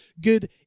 good